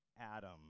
Adam